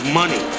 money